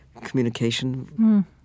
communication